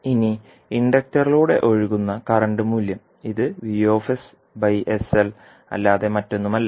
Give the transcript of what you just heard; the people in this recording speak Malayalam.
ഇനി ഇൻഡക്ടറിലൂടെ ഒഴുകുന്ന കറൻറ്റ് മൂല്യം ഇത് അല്ലാതെ മറ്റൊന്നുമല്ല